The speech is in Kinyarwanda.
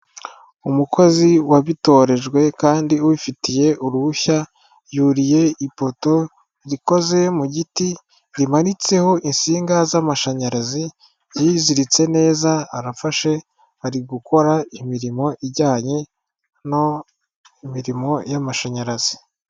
Umukozi wabitorejwe kandi ubifitiye uruhushya yuriye ipoto rikoze mu giti rimanitseho insinga z'amashanyarazi, yiziritse neza arafashe ari gukora imirimo ijyanye n’imirimo y'amashanyarazi.